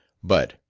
but